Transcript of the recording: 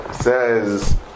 says